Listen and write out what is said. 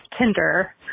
Tinder